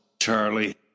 Charlie